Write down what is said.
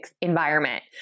environment